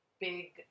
big